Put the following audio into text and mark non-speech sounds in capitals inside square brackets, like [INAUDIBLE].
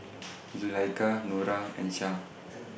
[NOISE] Zulaikha Nura and Shah